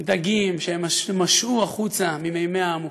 דגים שהם משו החוצה ממימיה העמוקים.